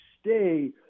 stay